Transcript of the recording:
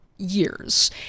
Years